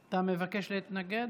אתה מבקש להתנגד?